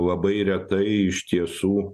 labai retai iš tiesų